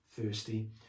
thirsty